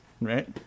Right